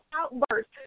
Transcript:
outburst